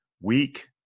weak